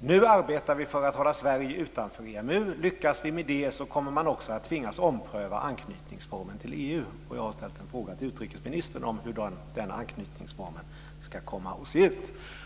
Nu arbetar vi för att hålla Sverige utanför EMU. Lyckas vi med det, kommer man också att tvingas ompröva anknytningsformen till EU. Och jag har ställt en fråga till utrikesministern om hur denna anknytningsform ska komma att se ut.